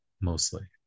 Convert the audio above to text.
mostly